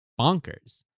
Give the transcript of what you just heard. bonkers